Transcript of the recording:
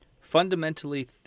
Fundamentally